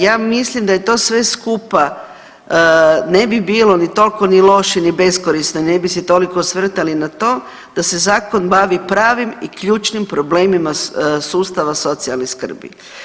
Ja mislim da je to sve skupa ne bi bilo ni toliko loše ni beskorisno i ne bi se toliko osvrtali na to da se zakon bavi pravim i ključnim problemima sustava socijalne skrbi.